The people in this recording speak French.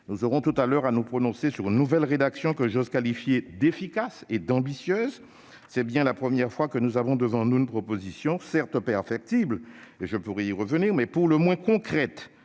Nous aurons tout à l'heure à nous prononcer sur une nouvelle rédaction que j'ose qualifier d'« efficace » et d'« ambitieuse ». C'est bien la première fois que nous avons devant nous une proposition, certes perfectible- et je pourrais y revenir -, mais pour le moins concrète